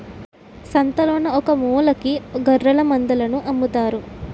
సంతలోన ఒకమూలకి గొఱ్ఱెలమందలను అమ్ముతారు